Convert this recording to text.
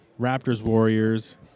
Raptors-Warriors